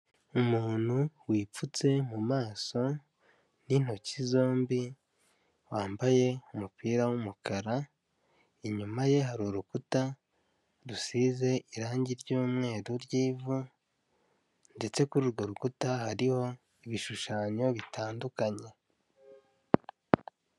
Umuntu wipfutse mu mumaso n'intoki zombi wambaye umupira w'umukara, inyuma ye hari urukuta rusize irangi ry'umweru ry'ivu ndetse kuri urwo rukuta hariho ibishushanyo bitandukanye.